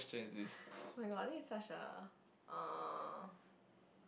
oh-my-god this is such a uh